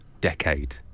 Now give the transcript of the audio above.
decade